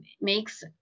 makes